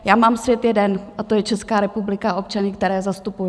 Já mám svět jeden a to je Česká republika, občané, které zastupuji.